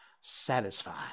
satisfied